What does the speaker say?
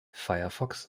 firefox